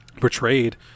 portrayed